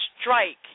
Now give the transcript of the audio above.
strike